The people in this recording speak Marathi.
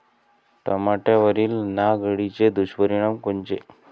टमाट्यावरील नाग अळीचे दुष्परिणाम कोनचे?